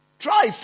Try